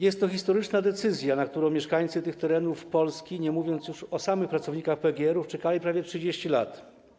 Jest to historyczna decyzja, na którą mieszkańcy tych terenów Polski, nie mówiąc już o samych pracownikach PGR-ów, czekali prawie 30 lat.